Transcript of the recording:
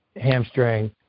hamstring